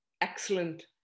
excellent